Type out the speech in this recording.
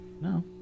No